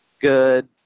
good